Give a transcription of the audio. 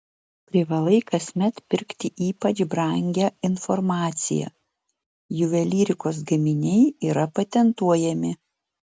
privalai kasmet pirkti ypač brangią informaciją juvelyrikos gaminiai yra patentuojami